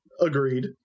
Agreed